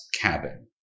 cabin